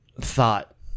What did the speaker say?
thought